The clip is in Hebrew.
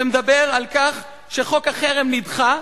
שמדבר על כך שחוק החרם נדחה,